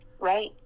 Right